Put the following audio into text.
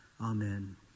Amen